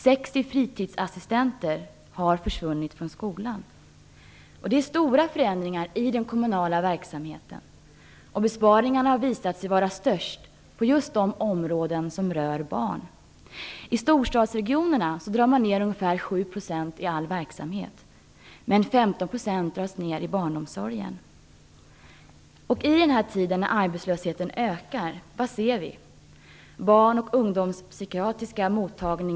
60 fritidsassistenter har försvunnit från skolorna. Det är stora förändringar i den kommunala verksamheten, och besparingarna har visat sig vara störst på just de områden som rör barn. I storstadsregionerna drar man genomsnittligt ned med ungefär 7 % på verksamheten men minskar med 15 % i barnomsorgen. Vilka effekter kan vi se i denna tid, när arbetslösheten ökar?